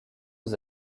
aux